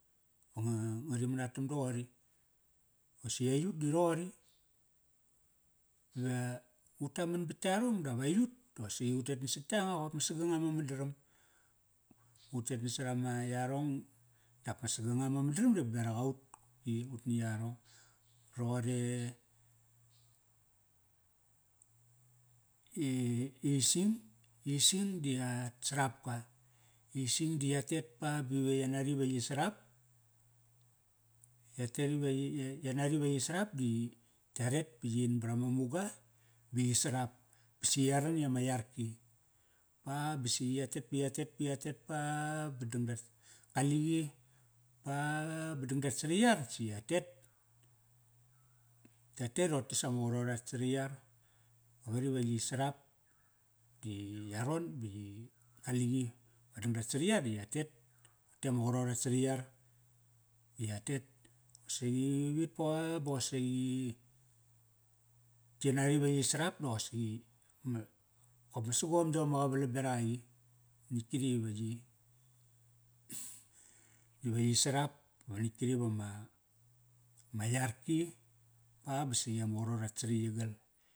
Ba nga, ngari manatam doqori. Qosi aiyut di roqori, ve utaman bat yarong dap, ma saganga ma daram. Utet nasarama yarong dap ma saganga ma madaram di baberak aut ki ut ni yarong. Roqor e i, ising di at sarapka, ising di yatet pa ba ya anri ve yi sarap, yatet ive yi, ya yanari ve yi sarap di yi, yaret pa yin brama muga ba yi sarap. Basi yaran i ama yarki. Ba basi yatet pa yatet, pa yatet pa ba dang dat, kaliqi pa ba dang dat sariyar si yatet. Ya tet i roqote sama qarot at sariyar ve qari va yi sarap di yaron ba yi qaliqi, dang dat sariyar di yatet. Tote ma qarot at sariyar. I yatet, qosiqi vavit pa ba qosaqi yi nam ve yi sarap di qosaqi ma kop ma sagom yom ma qavalam beraqaqi. Nitk kri ve yi ive yi sarap, ba nitk kri vama ma yarki. Ba, ba saqi ama qarot at ari yi gal.